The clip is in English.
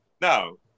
No